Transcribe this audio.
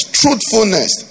truthfulness